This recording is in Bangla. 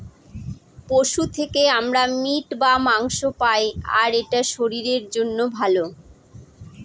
পশু থেকে আমরা মিট বা মাংস পায়, আর এটা শরীরের জন্য ভালো